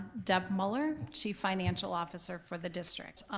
deb muller, chief financial officer for the district.